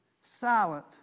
silent